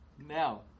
Now